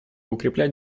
укреплять